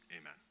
Amen